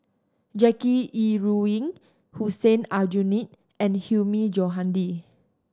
Jackie Yi Ru Ying Hussein Aljunied and Hilmi Johandi